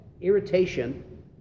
irritation